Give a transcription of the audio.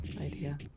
idea